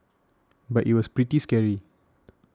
but it was pretty scary